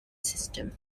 system